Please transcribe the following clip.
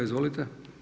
Izvolite.